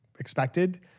expected